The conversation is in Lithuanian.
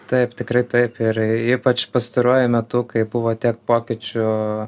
taip tikrai taip ir ypač pastaruoju metu kai buvo tiek pokyčių